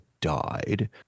died